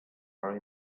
are